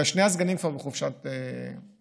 ושני הסגנים כבר בחופשת פרישה.